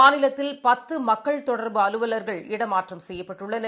மாநிலத்தில் பத்துமக்கள் தொடர்பு அலுவலர்கள் இடமாற்றம் செய்யப்பட்டுள்ளனர்